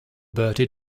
bertie